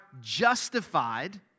justified